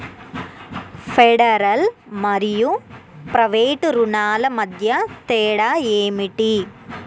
Federal మరియు private రుణాల మధ్య తేడా ఏమిటి?